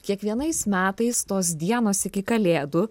kiekvienais metais tos dienos iki kalėdų